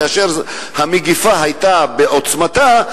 כאשר המגפה היתה בעיצומה,